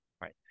Right